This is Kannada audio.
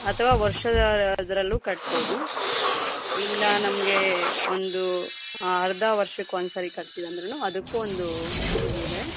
ಅಥವಾ ವರ್ಷದ ಅದರಲ್ಲೂ ಕಟ್ಬೋದು ಇಲ್ಲ ನಮಗೆ ಒಂದು ಅರ್ಧ ವರ್ಷಕ್ಕೊಂದು ಸರಿ ಕಟ್ತಿವಂದ್ರೂ ಅದಕ್ಕೂ ಒಂದು ಇದಿದೆ